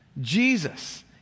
Jesus